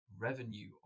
revenue